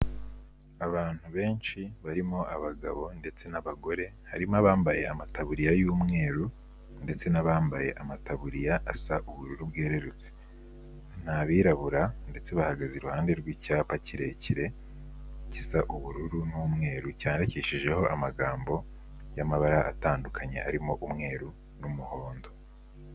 Abantu benshi barimo abagabo ndetse n'abagore, harimo abambaye amatabuririya y'umweru, ndetse n'abambaye amataburiya asa ubururu bwerurutse, ni abirabura ndetse bahagaze iruhande rw'icyapa kirekire gisa ubururu n'umweru, cyandikishijeho amagambo y'amabara atandukanye, arimo umweru n'umuhondo.